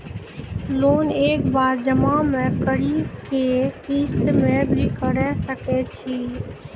Loan एक बार जमा म करि कि किस्त मे भी करऽ सके छि?